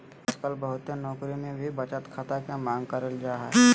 आजकल बहुते नौकरी मे भी बचत खाता के मांग करल जा हय